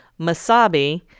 Masabi